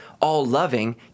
all-loving